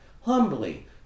humbly